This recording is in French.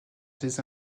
des